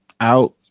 Out